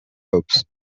herbs